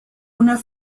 una